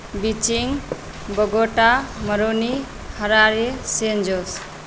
Beijing Bogota मरौनी Harare San Jose